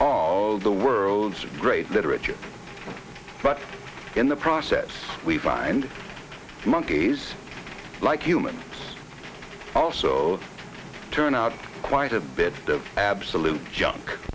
all the worlds of great literature but in the process we find monkeys like humans also turn out quite a bit of absolute junk